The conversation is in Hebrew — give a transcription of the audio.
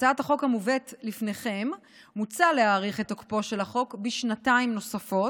בהצעת החוק המובאת לפניכם מוצע להאריך את תוקפו של החוק בשנתיים נוספות.